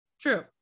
True